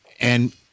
And-